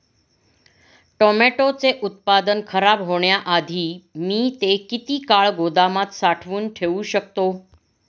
टोमॅटोचे उत्पादन खराब होण्याआधी मी ते किती काळ गोदामात साठवून ठेऊ शकतो?